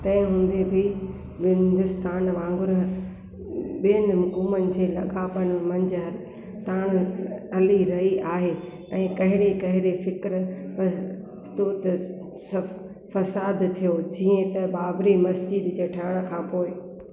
तंहिं हूंदे बि हिंदुस्तान वांगुरु ॿियनि हुकुमनि जे लाॻापनि मंझ ताण हली रही आहे ऐं कहड़ी कहड़ी फ़िक़्रु परस्त फ़साद थिया जीअं बाबरी मस्जिद जे डहण खां पोइ